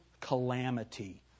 calamity